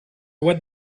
what